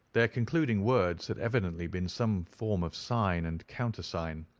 their concluding words had evidently been some form of sign and countersign.